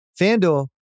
FanDuel